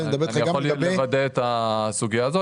אני יכול לוודא את הסוגיה הזאת.